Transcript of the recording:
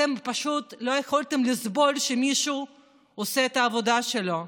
אתם פשוט לא יכולתם לסבול שמישהו עושה את העבודה שלו,